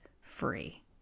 free